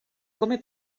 come